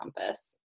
compass